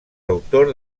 autor